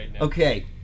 Okay